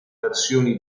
versioni